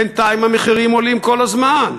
בינתיים המחירים עולים כל הזמן.